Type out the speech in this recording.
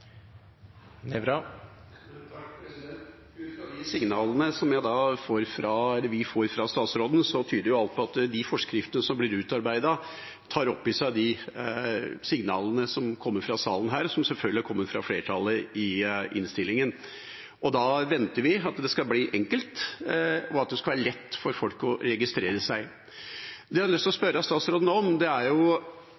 at de forskriftene som blir utarbeidet, tar opp i seg de signalene som kommer fra salen, og som selvfølgelig kommer fra flertallet i innstillingen. Da venter vi at det skal bli enkelt, og at det skal være lett for folk å registrere seg. Jeg hadde lyst til å